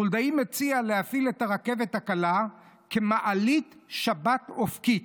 חולדאי מציע להפעיל את הרכבת הקלה כמעלית שבת אופקית,